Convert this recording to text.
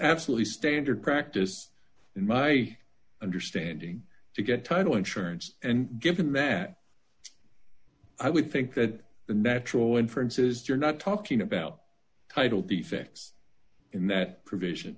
absolutely standard practice in my understanding to get title insurance and given that i would think that the natural inference is you're not talking about title defects in that provision